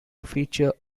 feature